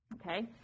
Okay